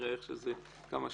נראה איך כמה שנספיק.